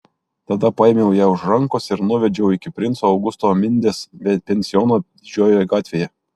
tada paėmiau ją už rankos ir nuvedžiau iki princo augusto mindės pensiono didžiojoje gatvėje